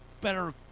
better